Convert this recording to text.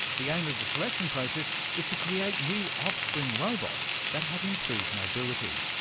the aim of the selection process is to create new offspring robots that have improved mobility.